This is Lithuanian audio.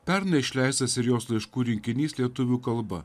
pernai išleistas ir jos laiškų rinkinys lietuvių kalba